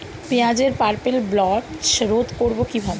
পেঁয়াজের purple blotch রোধ করবো কিভাবে?